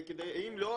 אם לא,